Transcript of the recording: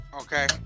Okay